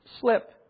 slip